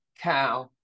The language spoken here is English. cow